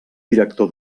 director